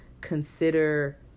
consider